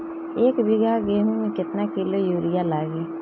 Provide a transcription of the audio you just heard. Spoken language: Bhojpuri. एक बीगहा गेहूं में केतना किलो युरिया लागी?